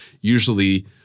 usually